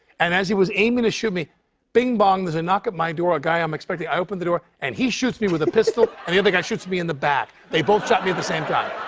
and as he was aiming to shoot me bing, bong. there's a knock at my door. a guy i'm expecting. i open the door. and he shoots me with a pistol. and the other guy shoots me in the back. they both shot me at the same time.